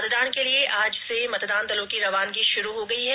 मतदान के लिए आज से मतदान दलों की रवानगी शुरू हो गई है